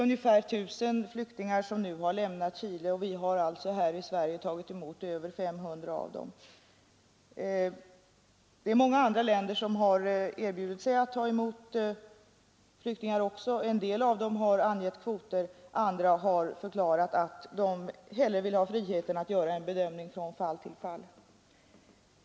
Ungefär 1 000 flyktingar har lämnat Chile, och vi har i Sverige tagit emot över 500. Det är många andra länder som har erbjudit sig att ta emot flyktingar, en del har angett kvoter, andra har förklarat att de hellre vill ha frihet att göra en bedömning från fall till fall.